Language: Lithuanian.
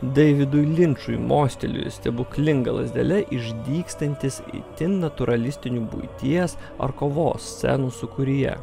deividui linčui mostelėjus stebuklinga lazdele išdygstantys itin natūralistinių buities ar kovos scenų sūkuryje